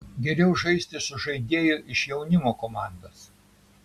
geriau žaisti su žaidėju iš jaunimo komandos